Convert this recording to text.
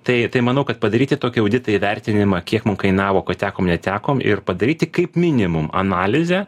tai tai manau kad padaryti tokį auditą įvertinimą kiek mum kainavo ko tekom netekom ir padaryti kaip minimum analizę